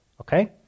Okay